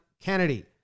Kennedy